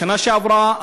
בשנה שעברה,